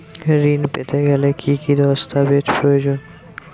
ঋণ পেতে গেলে কি কি দস্তাবেজ প্রয়োজন?